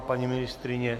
Paní ministryně?